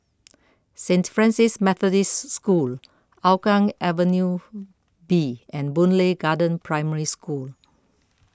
Saint Francis Methodist School Hougang Avenue B and Boon Lay Garden Primary School